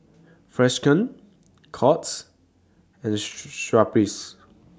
Freshkon Courts and Schweppes